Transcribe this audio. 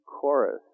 chorus